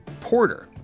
Porter